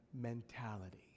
mentality